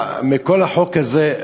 מכל החוק הזה,